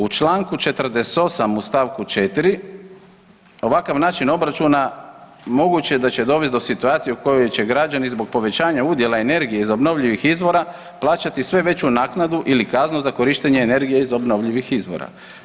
U članku 48. u st. 4. ovakav način obračuna moguće da će dovest do situacije u kojoj će građani zbog povećanja udjela energije iz obnovljivih izvora plaćati sve veću naknadu ili kaznu za korištenje energije iz obnovljivih izvora.